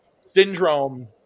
Syndrome